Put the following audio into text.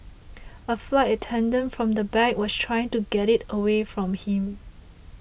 a flight attendant from the back was trying to get it away from him